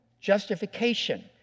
justification